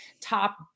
top